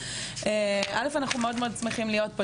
אנחנו שמחים מאוד להיות פה,